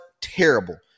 terrible